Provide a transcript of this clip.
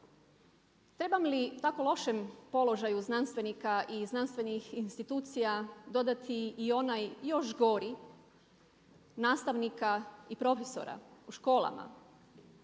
Trebam li tako lošem položaju znanstvenika i znanstvenih institucija dodati i onaj još gori nastavnika i profesora u školama?